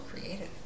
creative